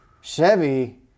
Chevy